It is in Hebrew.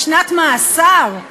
בשנת מאסר,